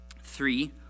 Three